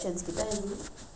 ah the mosque கிட்ட:kitta